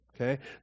Okay